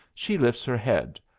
she lifts her head,